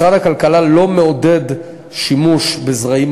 משרד הכלכלה לא מעודד שימוש בזרעים